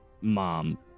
mom